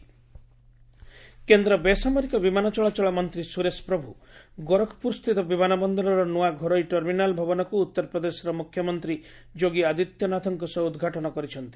ପ୍ରଭୁ airport terminal କେନ୍ଦ୍ର ବେସାମରିକ ବିମାନ ଚଳାଚଳ ମନ୍ତ୍ରୀ ସୁରେଶ ପ୍ରଭୁ ଗୋରଖପୁରସ୍ଥିତ ବିମାନବନ୍ଦରର ନୂଆ ଘରୋଇ ଟର୍ମିନାଲ୍ ଭବନକୁ ଉତ୍ତରପ୍ରଦେଶର ମୁଖ୍ୟମନ୍ତ୍ରୀ ଯୋଗୀ ଆଦିତ୍ୟନାଥଙ୍କ ସହ ଉଦ୍ଘାଟନ କରିଛନ୍ତି